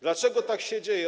Dlaczego tak się dzieje?